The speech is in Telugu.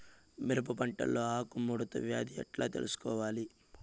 మిరప పంటలో ఆకు ముడత వ్యాధి ఎట్లా తెలుసుకొనేది?